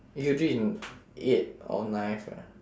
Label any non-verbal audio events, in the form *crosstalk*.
A_U_G in eighth or ninth *noise*